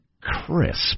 Crisp